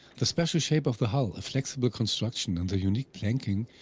the special shape of the hull, a flexible construction and the unique planking,